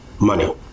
money